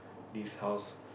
this house